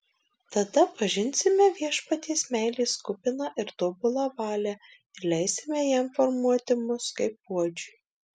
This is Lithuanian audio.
tada pažinsime viešpaties meilės kupiną ir tobulą valią ir leisime jam formuoti mus kaip puodžiui